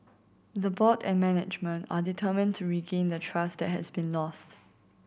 the board and management are determined to regain the trust that has been lost